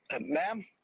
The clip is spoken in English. Ma'am